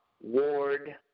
Ward